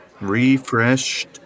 refreshed